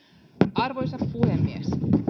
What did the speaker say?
arvoisa puhemies